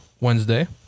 Wednesday